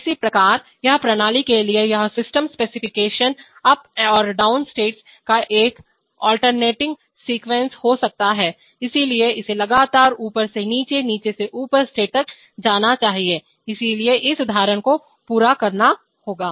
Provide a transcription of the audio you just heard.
इस प्रकार इस प्रणाली के लिए यह सिस्टम स्पेसिफिकेशनअप और डाउन स्टेट्स का एक अल्टरनेटिंग सीक्वेंस हो सकता है इसलिए इसे लगातार ऊपर से नीचे और नीचे से ऊपर स्टेट तक जाना चाहिए इसलिए इस उदाहरण को पूरा करना होगा